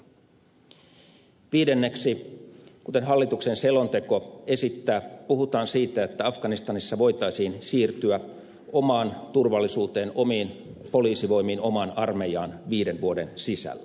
tämä on lopetettava viidenneksi kuten hallituksen selonteko esittää puhutaan siitä että afganistanissa voitaisiin siirtyä omaan turvallisuuteen omiin poliisivoimiin omaan armeijaan viiden vuoden sisällä